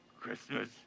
Christmas